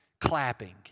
Clapping